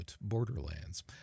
Borderlands